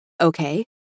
Okay